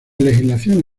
legislación